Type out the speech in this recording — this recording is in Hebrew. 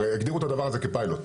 הרי הגדירו את הדבר הזה כפיילוט.